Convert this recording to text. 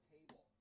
Table